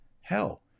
Hell